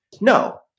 No